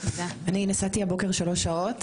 אני נסעתי הבוקר שלוש שעות,